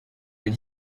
les